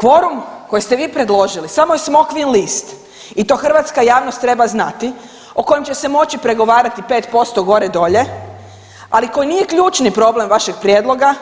Kvorum koji ste vi predložili samo je smokvin list i to hrvatska javnost treba znati, o kojem će se moći pregovarati 5% gore dolje, ali koji nije ključni problem vašeg prijedloga,